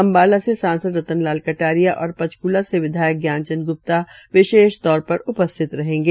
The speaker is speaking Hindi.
अम्बाला से सांसद रंतन लाल कटारिया और पंचकूला से विधायक ज्ञानचंद ग्रप्ता विशेष तौर पर उपस्थित रहेंगे